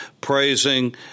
praising